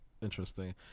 interesting